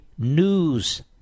news